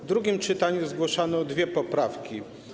W drugim czytaniu zgłoszono dwie poprawki.